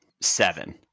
Seven